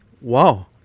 wow